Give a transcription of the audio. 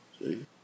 See